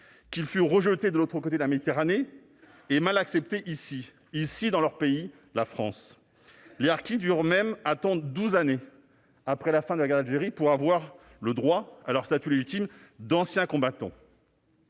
qu'ils furent rejetés de l'autre côté de la Méditerranée et mal acceptés ici même, dans leur pays, la France. Les harkis durent attendre douze années après la fin de la guerre d'Algérie pour obtenir le statut, pourtant légitime, d'anciens combattants.